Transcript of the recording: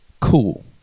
Cool